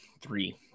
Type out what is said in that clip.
three